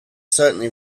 certainly